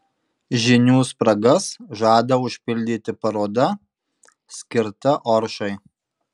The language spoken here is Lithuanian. žinių spragas žada užpildyti paroda skirta oršai